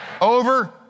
over